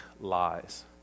lies